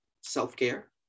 self-care